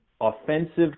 offensive